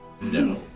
No